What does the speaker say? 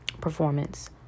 performance